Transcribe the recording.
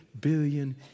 billion